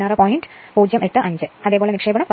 085 ആണ് അതുപോലെ നിക്ഷേപണം 18